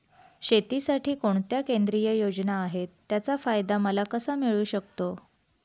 शेतीसाठी कोणत्या केंद्रिय योजना आहेत, त्याचा फायदा मला कसा मिळू शकतो?